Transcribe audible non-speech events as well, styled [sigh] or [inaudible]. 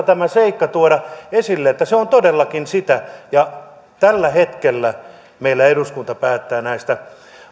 [unintelligible] tämä seikka tuoda esille että se on todellakin sitä tällä hetkellä meillä eduskunta päättää näistä